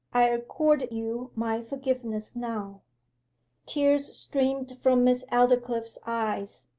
i accord you my forgiveness now tears streamed from miss aldclyffe's eyes,